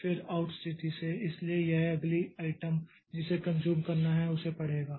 फिर आउट स्थिति से इसलिए यह अगली आइटम जिसे कन्ज़्यूम करना है उसे पढ़ेगा